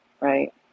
right